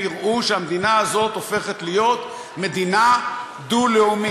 יראו שהמדינה הזאת הופכת להיות מדינה דו-לאומית,